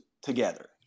together